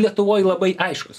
lietuvoj labai aiškus